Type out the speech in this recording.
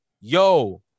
Yo